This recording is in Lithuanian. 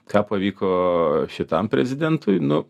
ką pavyko šitam prezidentui nu